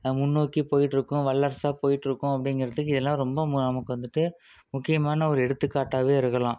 முன்னோக்கி போய்ட்ருக்கோம் வல்லரசாக போய்ட்ருக்கோம் அப்டிங்கிறதுக்கு இதெல்லாம் ரொம்ப நமக்கு வந்துட்டு முக்கியமான ஒரு எடுத்துக்காட்டாக இருக்கலாம்